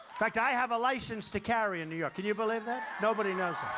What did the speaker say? fact, i have a license to carry in new york. can you believe that? nobody knows.